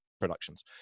productions